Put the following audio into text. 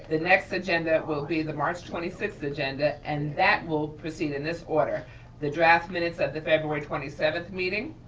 next agenda will be the march twenty sixth agenda and that will proceed in this order the draft minutes of the february twenty seventh meeting,